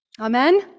Amen